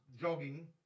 jogging